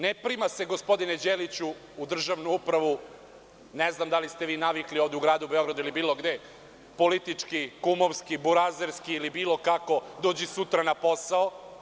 Ne prima se, gospodine Đeliću, u državnu upravu, ne znam da li ste vi navikli ovde u gradu Beogradu ili bilo gde, politički, kumovski, burazerski ili bilo kako, dođi sutra na posao.